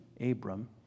Abram